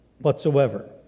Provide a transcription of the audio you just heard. whatsoever